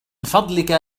فضلك